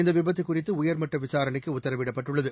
இந்த விபத்து குறித்து உயர்மட்ட விசாரணைக்கு உத்தரவிடப்பட்டுள்ளது